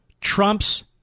Trump's